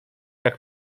jak